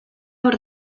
hor